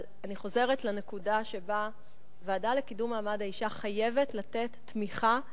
אבל אני חוזרת לנקודה שהוועדה לקידום מעמד האשה חייבת לתת תמיכה למשפחה,